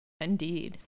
Indeed